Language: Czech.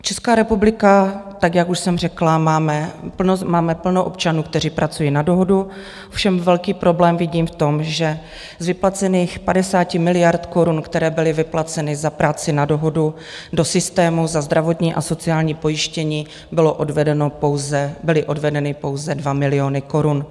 Česká republika, tak jak už jsem řekla... máme plno občanů, kteří pracují na dohodu, ovšem velký problém vidím v tom, že z vyplacených 50 miliard korun, které byly vyplaceny za práci na dohodu, do systému za zdravotní a sociální pojištění byly odvedeny pouze 2 miliony korun.